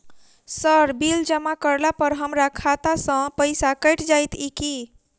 Sir bill जमा करला पर हमरा खाता सऽ पैसा कैट जाइत ई की?